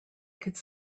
could